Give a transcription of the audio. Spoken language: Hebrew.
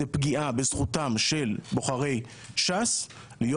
זאת פגיעה בזכותם של בוחרי ש"ס להיות